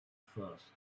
first